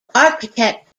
architect